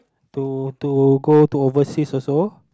to to go to overseas also